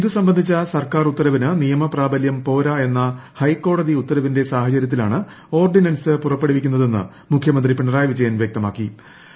ഇത് സംബന്ധിച്ചു സർക്കാർ ഉത്തരവിന് നിയമ പ്രാബലൃം പോരാ എന്ന ഹൈക്കോടതി ഉത്തരവിന്റെ സാഹചര്യത്തിലാണ് ഓർഡിനൻസ് പുറപ്പെടുവിക്കുന്നതെന്ന് മുഖ്യമന്ത്രി പിണറായി വിജയൻ വ്യക്തമാക്കി